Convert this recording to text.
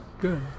Good